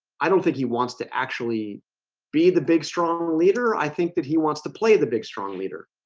i don't think he wants to actually be the big strong leader. i think that he wants to play the big strong leader.